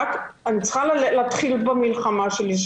אני צריכה להתחיל במלחמה שלי,